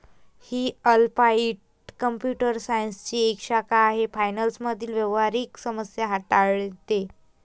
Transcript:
ही applied computer सायन्सची एक शाखा आहे फायनान्स मधील व्यावहारिक समस्या हाताळते